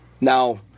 Now